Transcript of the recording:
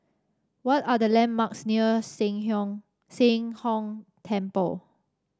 what are the landmarks near Sheng Sheng Hong Temple